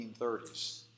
1930s